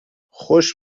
خوش